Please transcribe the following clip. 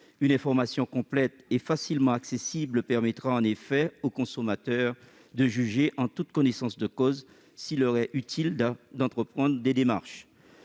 Une information complète et facilement accessible permettra en effet aux bénéficiaires de juger en toute connaissance de cause s'il leur est utile d'entreprendre des démarches.